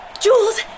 Jules